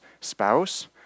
spouse